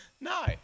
No